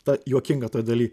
ta juokinga toj daly